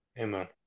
Amen